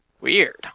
Weird